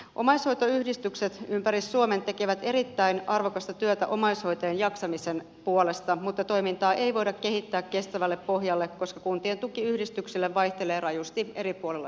omaishoitoyhdistykset ympäri suomen tekevät erittäin arvokasta työtä omaishoitajien jaksamisen puolesta mutta toimintaa ei voida kehittää kestävälle pohjalle koska kuntien tuki yhdistyksille vaihtelee rajusti eri puolilla suomea